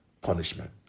punishment